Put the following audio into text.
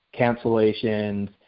cancellations